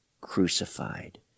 crucified